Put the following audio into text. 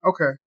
Okay